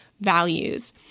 values